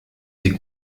sie